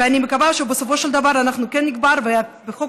ואני מקווה שבסופו של דבר אנחנו כן נגבר ובחוק